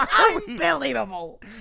Unbelievable